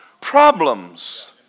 problems